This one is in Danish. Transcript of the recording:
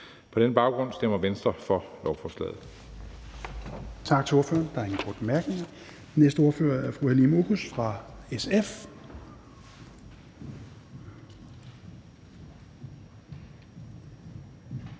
På den baggrund stemmer Venstre for lovforslaget.